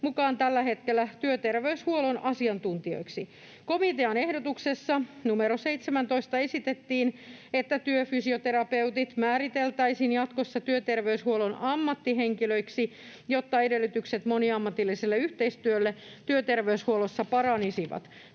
mukaan tällä hetkellä työterveyshuollon asiantuntijoiksi. Komitean ehdotuksessa numero 17 esitettiin, että työfysioterapeutit määriteltäisiin jatkossa työterveyshuollon ammattihenkilöiksi, jotta edellytykset moniammatilliselle yhteistyölle työterveyshuollossa paranisivat.